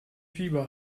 fieber